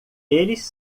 eles